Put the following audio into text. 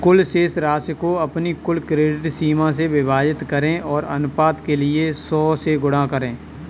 कुल शेष राशि को अपनी कुल क्रेडिट सीमा से विभाजित करें और अनुपात के लिए सौ से गुणा करें